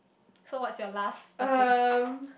so what's your last bucket